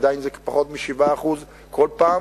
עדיין זה פחות מ-7% כל פעם.